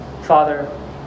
Father